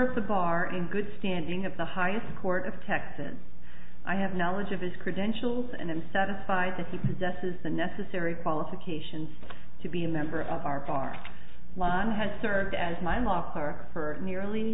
of the bar in good standing of the highest court of texas i have knowledge of his credentials and i'm satisfied that the possesses the necessary qualifications to be a member of our party law has served as my locker for nearly